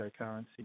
cryptocurrency